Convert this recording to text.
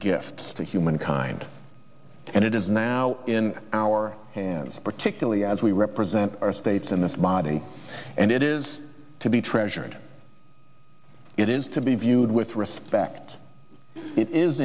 gifts to humankind and it is now in our hands particularly as we represent our states in this body and it is to be treasured it is to be viewed with respect it is